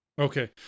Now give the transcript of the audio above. okay